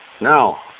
now